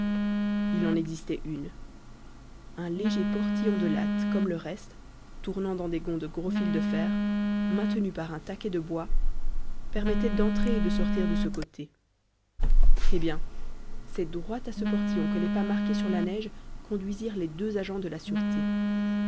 il en existait une un léger portillon de lattes comme le reste tournant dans des gonds de gros fil de fer maintenu par un taquet de bois permettait d'entrer et de sortir de ce côté eh bien c'est droit à ce portillon que les pas marqués sur la neige conduisirent les deux agents de la sûreté